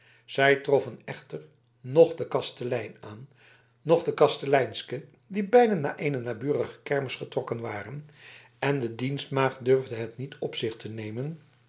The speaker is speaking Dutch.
zij troffen noch den kastelein aan noch de kasteleinske die beiden naar eene naburige kermis getrokken waren en de dienstmaagd durfde het niet op zich te nemen